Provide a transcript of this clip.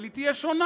אבל היא תהיה שונה.